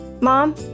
Mom